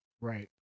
Right